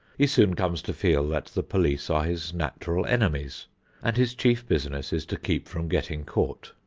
he soon comes to feel that the police are his natural enemies and his chief business is to keep from getting caught.